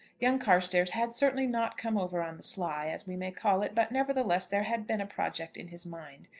young carstairs had certainly not come over on the sly, as we may call it, but nevertheless there had been a project in his mind,